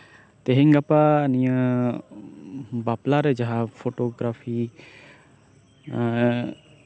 ᱛᱮᱦᱮᱧ ᱜᱟᱯᱟ ᱱᱤᱭᱟᱹ ᱵᱟᱯᱞᱟᱨᱮ ᱡᱟᱦᱟᱸ ᱯᱷᱳᱴᱳᱜᱨᱟᱯᱷᱤ ᱮᱫ